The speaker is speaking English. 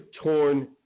torn